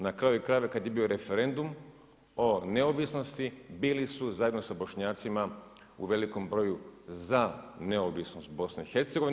Na kraju krajeva i kada je bio referendum o neovisnosti bili su zajedno sa Bošnjacima u velikom broju za neovisnost BiH.